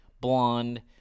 blonde